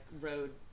road